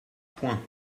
points